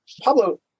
Pablo